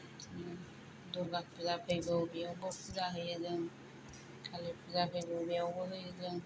बिदिनो दुर्गा फुजा फैगौ बेयावबो फुजा होयो जों खालि फुजा फैगौ बेयावबो होयो जों